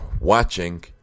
watching